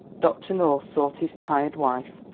dr. north sought his tired wife,